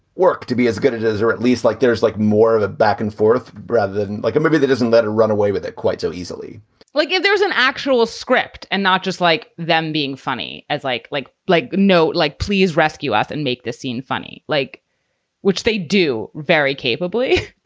work to be as good as or at least like there's like more of a back and forth, rather and like a movie that doesn't let a runaway with it quite so easily like, if there's an actual script and not just like them being funny as like like like no. like please rescue us and make this scene funny, like which they do very capably.